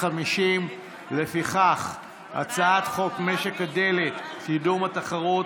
50. לפיכך הצעת חוק משק הדלק (קידום התחרות)